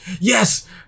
Yes